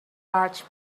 large